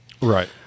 Right